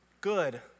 Good